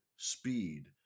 Speed